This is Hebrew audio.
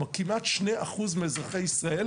כלומר, כמעט 2% מאזרחי ישראל